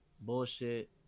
bullshit